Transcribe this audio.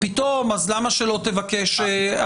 פתאום למה שלא תבקש?